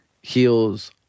heals